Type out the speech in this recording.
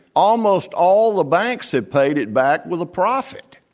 almost all the banks have paid it back with a profit.